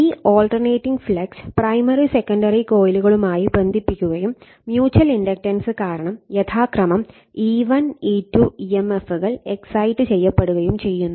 ഈ alternating flux primary secondary കോയിലുകളുമായി ബന്ധിപ്പിക്കുകയും മ്യുച്ചൽ ഇണ്ടക്ടൻസ് കാരണം യഥാക്രമം E1 E2 emf കൾ എക്സൈറ്റ് ചെയ്യപ്പെടുകയും ചെയ്യുന്നു